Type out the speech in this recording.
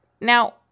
Now